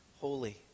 holy